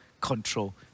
control